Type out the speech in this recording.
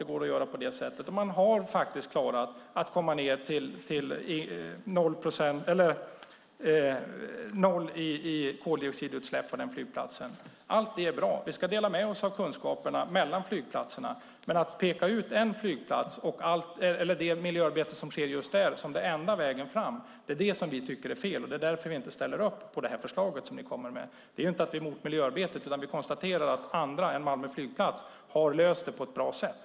Där har man klarat att komma ned till noll koldioxidutsläpp. Allt detta är bra. Vi ska dela med oss av kunskaperna mellan flygplatserna, men att peka ut en flygplats och det miljöarbete som sker där som enda vägen fram är fel. Därför ställer vi inte upp på ert förslag. Vi är inte emot miljöarbetet, utan vi konstaterar att andra än Malmö flygplats har löst det på ett bra sätt.